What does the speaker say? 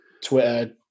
Twitter